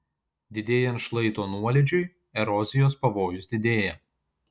didėjant šlaito nuolydžiui erozijos pavojus didėja